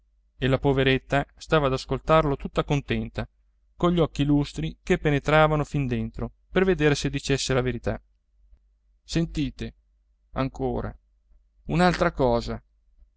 e la poveretta stava ad ascoltarlo tutta contenta cogli occhi lustri che penetravano fin dentro per vedere se dicesse la verità sentite ancora un'altra cosa